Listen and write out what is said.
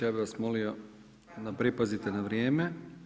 Ja bih vas molio da pripazite na vrijeme.